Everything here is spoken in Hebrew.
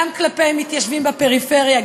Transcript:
גם כלפי מתיישבים בפריפריה,